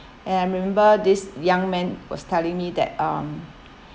and I'm remember this young man was telling me that um